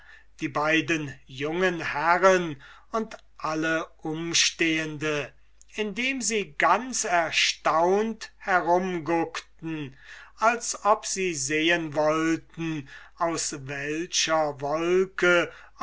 die beiden jungen herren und alle umstehenden indem sie ganz erstaunt herum guckten als ob sie sehen wollten aus welcher wolke